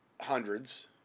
hundreds